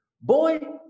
boy